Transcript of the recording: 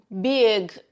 big